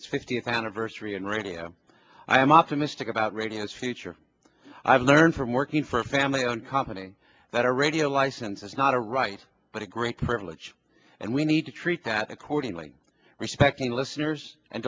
its fiftieth anniversary in radio i am optimistic about radio's future i've learned from working for a family owned company that a radio license is not a right but a great privilege and we need to treat that accordingly respecting listeners and